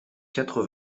quatre